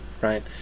right